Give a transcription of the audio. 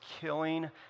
killing